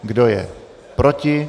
Kdo je proti?